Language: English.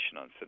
on